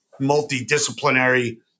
multidisciplinary